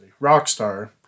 Rockstar